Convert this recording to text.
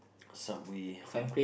Subway oh